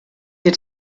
wir